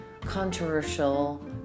controversial